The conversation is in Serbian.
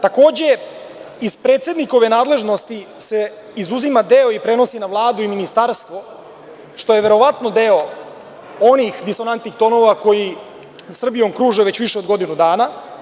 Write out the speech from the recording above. Takođe, iz predsednikove nadležnosti se izuzima deo i prenosi na Vladu i Ministarstvo, što je verovatno deo onih disonantnih tonova koji Srbijom kruže već više od godinu dana.